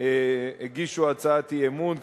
הגישו הצעת אי-אמון,